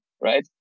right